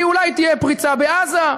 כי אולי תהיה פריצה בעזה.